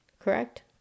correct